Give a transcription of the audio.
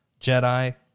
Jedi